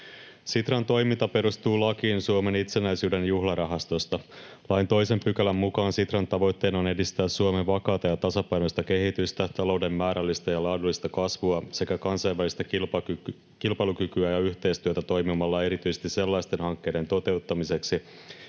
Sitran toiminta perustuu lakiin Suomen itsenäisyyden juhlarahastosta. Lain 2 §:n mukaan Sitran tavoitteena on edistää Suomen vakaata ja tasapainoista kehitystä, talouden määrällistä ja laadullista kasvua sekä kansainvälistä kilpailukykyä ja yhteistyötä toimimalla erityisesti sellaisten hankkeiden toteuttamiseksi,